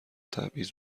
تبعیض